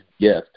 gift